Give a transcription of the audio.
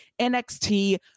NXT